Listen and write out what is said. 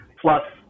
Plus –